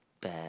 bad